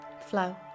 flow